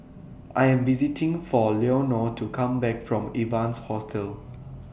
I Am visiting For Leonor to Come Back from Evans Hostel